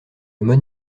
mode